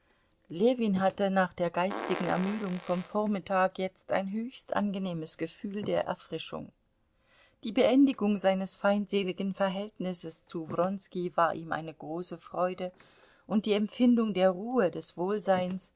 ljewin hatte nach der geistigen ermüdung vom vormittag jetzt ein höchst angenehmes gefühl der erfrischung die beendigung seines feindseligen verhältnisses zu wronski war ihm eine große freude und die empfindung der ruhe des wohlseins